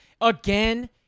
again